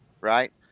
right